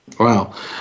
Wow